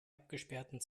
abgesperrten